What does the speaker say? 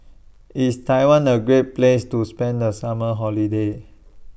IS Taiwan A Great Place to spend The Summer Holiday